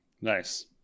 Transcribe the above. Nice